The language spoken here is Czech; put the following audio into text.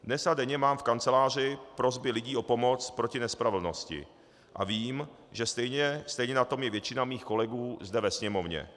Dnes a denně mám v kanceláři prosby lidí o pomoc proti nespravedlnosti a vím, že stejně na tom je většina mých kolegů zde ve Sněmovně.